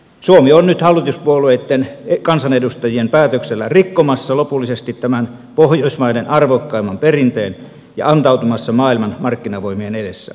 suomi on nyt hallituspuolueitten kansanedustajien päätöksellä rikkomassa lopullisesti tämän pohjoismaiden arvokkaimman perinteen ja antautumassa maailman markkinavoimien edessä